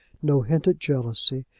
no hint at jealousy.